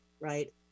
right